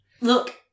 Look